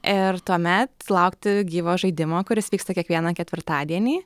ir tuomet laukti gyvo žaidimo kuris vyksta kiekvieną ketvirtadienį